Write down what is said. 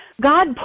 god